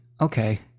okay